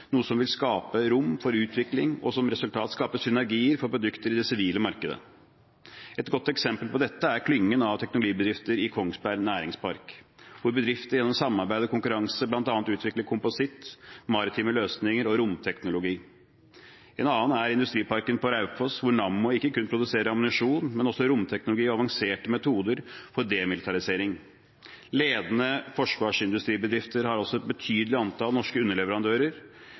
noe som vil skape rom for utvikling og som resultat skaper synergier for produkter i det sivile markedet. Et godt eksempel på dette er klyngen av teknologibedrifter i Kongsberg Teknologipark, hvor bedrifter gjennom samarbeid og konkurranse bl.a. utvikler kompositt, maritime løsninger og romteknologi. En annen er industriparken på Raufoss, hvor Nammo ikke kun produserer ammunisjon, men også romteknologi og avanserte metoder for demilitarisering. Ledende forsvarsindustribedrifter har også et betydelig antall norske underleverandører